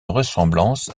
ressemblance